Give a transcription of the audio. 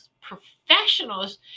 Professionals